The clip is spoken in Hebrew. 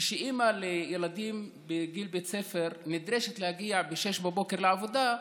כשאימא לילדים בגיל בית ספר נדרשת להגיע ב-06:00 לעבודה,